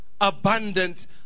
abundant